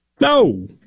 No